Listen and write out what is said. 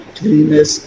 Cleanliness